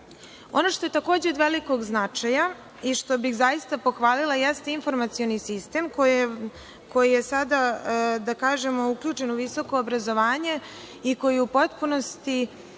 našoj zemlji. Takođe od velikog značaja i što bih zaista pohvalila jeste informacioni sistem koji je sada da kažemo, uključen u visoko obrazovanje i koji u potpunosti